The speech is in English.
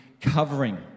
covering